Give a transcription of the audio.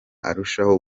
arushaho